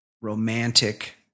romantic –